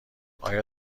آیا